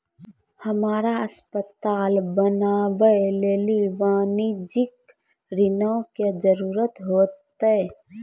हमरा अस्पताल बनाबै लेली वाणिज्यिक ऋणो के जरूरत होतै